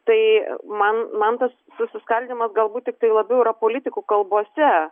tai man man tas susiskaldymas galbūt tiktai labiau yra politikų kalbose